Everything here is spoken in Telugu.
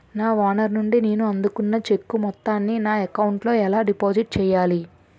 నా ఓనర్ నుండి నేను అందుకున్న చెక్కు మొత్తాన్ని నా అకౌంట్ లోఎలా డిపాజిట్ చేయాలి?